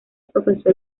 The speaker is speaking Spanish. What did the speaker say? profesó